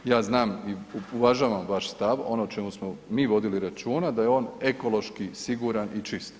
Ja znam i uvažavam vaš stav, ono o čemu smo mi vodili računa da je on ekološki siguran i čist.